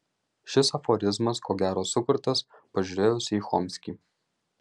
šis aforizmas ko gero sukurtas pažiūrėjus į chomskį